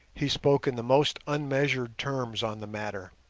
he spoke in the most unmeasured terms on the matter.